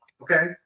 Okay